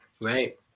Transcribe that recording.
Right